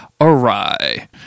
awry